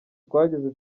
twageze